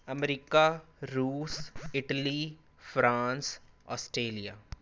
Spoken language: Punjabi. ਅਮਰੀਕਾ ਰੂਸ ਇਟਲੀ ਫਰਾਂਸ ਆਸਟ੍ਰੇਲੀਆ